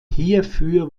hierfür